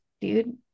dude